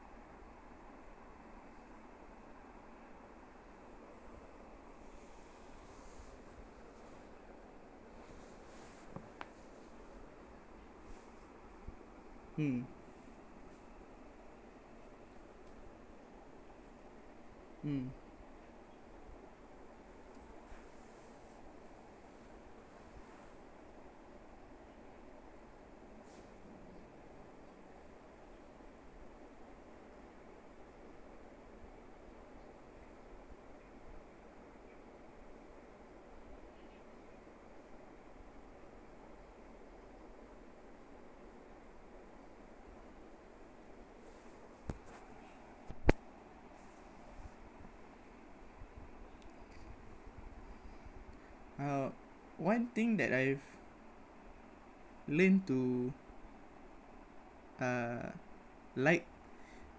mm mm uh one thing that I've learnt to uh like